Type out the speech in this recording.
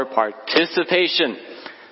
participation